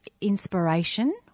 inspiration